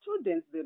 students